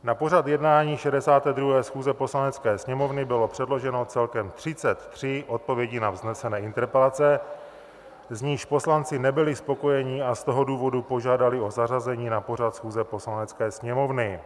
Na pořad jednání 62. schůze Poslanecké sněmovny bylo předloženo celkem 33 odpovědí na vznesené interpelace, s nimiž poslanci nebyli spokojeni, a z toho důvodu požádali o zařazení na pořad schůze Poslanecké sněmovny.